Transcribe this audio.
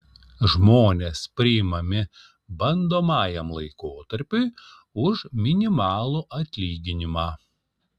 žmonės priimami bandomajam laikotarpiui už minimalų atlyginimą